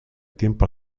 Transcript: tiempo